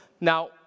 Now